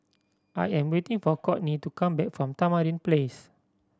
I am waiting for Kourtney to come back from Tamarind Place